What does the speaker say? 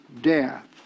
death